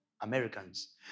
Americans